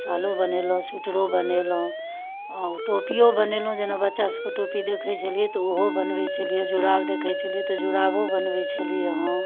सॉलो बनेलहुँ स्वेटरो बनेलहुँ आओर टोपियो बनेलहुँ जेना बच्चा सबके टोपी देखय छलियै ओहो बनबै छलियै जुराब देखय छलियै तऽ जुराबो बनबै छलियै हँ